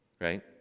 right